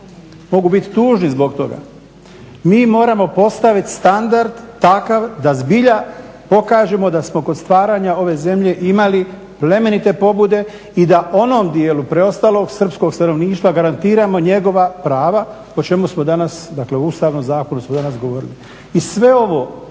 mogu biti tužni zbog toga. Mi moramo postaviti standard takav da zbilja pokažemo da smo kod stvaranja ove zemlje imali plemenite pobude i da onom dijelu preostalog srpskog stanovništva garantiramo njegova prava o čemu smo danas dakle o Ustavnom zakonu smo danas govorili. I sve ovo